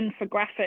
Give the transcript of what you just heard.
infographic